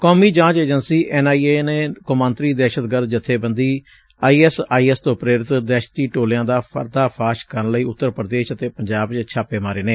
ਕੌਮੀ ਜਾਂਚ agency N I A ਨੇ ਕੌਮਾਂਤਰੀ ਦਹਿਸ਼ਤਗਰਦ ਜਬੇਬੰਦੀ ਆਈ ਐਸ ਆਈ ਐਸ ਤੋਂ ਪ੍ਰੇਰਿਤ ਦਹਿਸ਼ਤੀ ਟੋਲਿਆਂ ਦਾ ਪਰਦਾ ਫਾਸ਼ ਕਰਨ ਲਈ ਉੱਤਰ ਪ੍ਰਦੇਸ਼ ਅਤੇ ਪੰਜਾਬ ਚ ਛਾਪੇ ਮਾਰੇ ਨੇ